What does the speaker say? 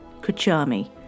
Kuchami